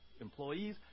employees